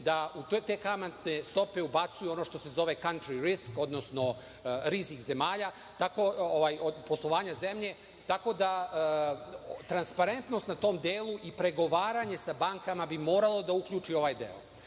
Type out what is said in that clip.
da u te kamatne stope ubacuju ono što se zove „kantri risk“, odnosno rizik poslovanja zemlje, tako da transparentnost na tom delu i pregovaranje sa bankama bi moralo da uključi i ovaj deo. Mi